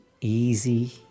easy